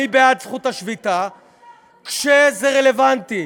אני בעד זכות השביתה כשזה רלוונטי,